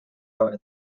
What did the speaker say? north